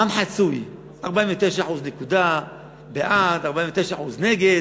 העם חצוי, 49% בעד, 49% נגד.